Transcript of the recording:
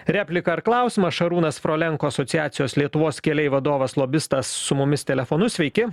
repliką ar klausimą šarūnas frolenko asociacijos lietuvos keliai vadovas lobistas su mumis telefonu sveiki